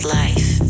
life